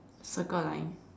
circle line